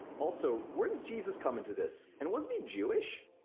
also, where does jesus come into this, and wasn't he jewish?